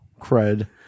cred